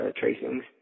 tracings